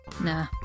Nah